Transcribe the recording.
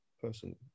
person